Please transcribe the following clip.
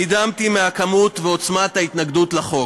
נדהמתי מכמות ומעוצמת ההתנגדות לחוק,